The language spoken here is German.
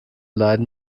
leiden